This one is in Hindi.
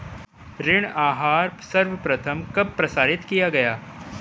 ऋण आहार सर्वप्रथम कब प्रसारित किया गया?